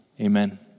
amen